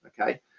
okay